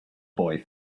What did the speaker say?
boy